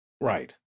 Right